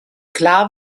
klar